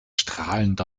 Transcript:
strahlend